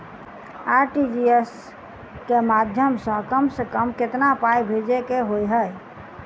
RTGS केँ माध्यम सँ कम सऽ कम केतना पाय भेजे केँ होइ हय?